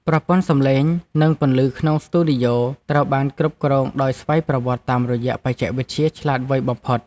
ប្រព័ន្ធសំឡេងនិងពន្លឺក្នុងស្ទូឌីយោត្រូវបានគ្រប់គ្រងដោយស្វ័យប្រវត្តិតាមរយៈបច្ចេកវិទ្យាឆ្លាតវៃបំផុត។